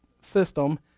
system